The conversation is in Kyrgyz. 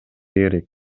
керек